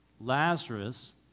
Lazarus